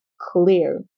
clear